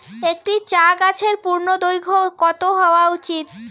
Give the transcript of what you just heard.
একটি চা গাছের পূর্ণদৈর্ঘ্য কত হওয়া উচিৎ?